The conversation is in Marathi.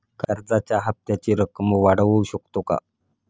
कर्जाच्या हप्त्याची रक्कम वाढवू शकतो का?